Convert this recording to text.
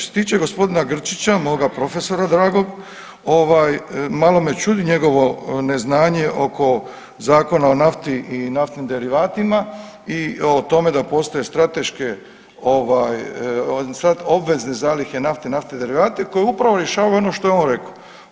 Što se tiče gospodina Grčića, moga profesora dragog, ovaj malo me čudi njegovo neznanje oko Zakona o nafti i naftnim derivatima i o tome da postoje strateške ovaj obvezne zalihe nafte i naftnih derivata koje upravo rješavaju ono što je on rekao.